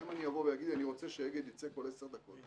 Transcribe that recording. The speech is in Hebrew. גם אם אני אבוא ואגיד שאני רוצה שאגד ייצא כל עשר דקות,